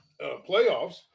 playoffs